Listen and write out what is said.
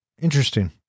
Interesting